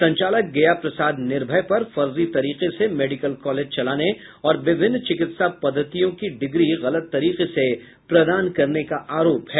संचालक गया प्रसाद निर्भय पर फर्जी तरीके से मेडिकल कॉलेज चलाने और विभिन्न चिकित्सा पद्धतियों की डिग्री गलत तरीके से प्रदान करने का आरोप है